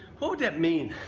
what would that mean.